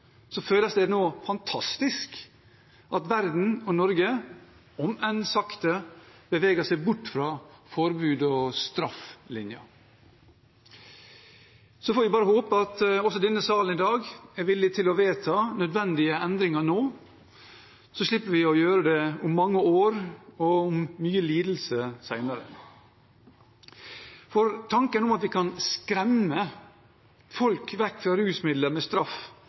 Så får vi bare håpe at også denne salen i dag er villig til å vedta nødvendige endringer nå, så slipper vi å gjøre det – om mange år og etter mye lidelse – senere. Tanken om at vi kan skremme folk vekk fra rusmidler med straff,